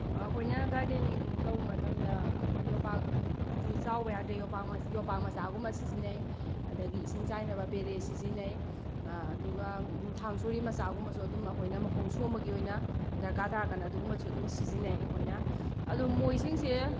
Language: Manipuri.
ꯑꯩꯈꯣꯏꯅ ꯒꯥꯔꯗꯦꯟꯅꯤꯡ ꯇꯧꯕ ꯃꯇꯝꯗ ꯑꯩꯈꯣꯏ ꯌꯣꯄꯥꯛꯇꯤ ꯆꯥꯎꯕ ꯌꯥꯗ꯭ꯔꯦ ꯌꯣꯄꯥꯛ ꯃꯆꯥꯒꯨꯝꯕ ꯁꯤꯖꯟꯅꯩ ꯑꯗꯒꯤ ꯏꯁꯤꯡ ꯆꯥꯏꯅꯕ ꯄꯦꯔꯦ ꯁꯤꯖꯤꯟꯅꯩ ꯑꯗꯨꯒ ꯊꯥꯡ ꯁꯣꯔꯤ ꯃꯆꯥꯒꯨꯝꯕꯁꯨ ꯑꯗꯨꯝ ꯑꯩꯈꯣꯏꯅ ꯃꯈꯣꯡ ꯁꯣꯝꯕꯒꯤ ꯑꯣꯏꯅ ꯗꯔꯀꯥꯔ ꯇꯥꯔꯒꯅ ꯑꯗꯨꯒꯨꯝꯕꯁꯨ ꯑꯗꯨꯝ ꯁꯤꯖꯟꯅꯩ ꯑꯩꯈꯣꯏꯅ ꯑꯗꯨ ꯃꯣꯏꯁꯤꯡꯁꯦ